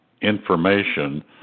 information